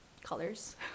colors